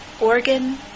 organ